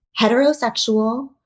heterosexual